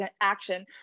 action